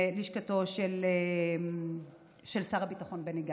מלשכתו של שר הביטחון בני גנץ,